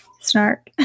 snark